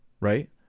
Right